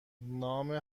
نام